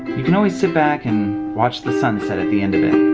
you can always sit back and watch the sunset at the end of it.